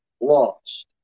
lost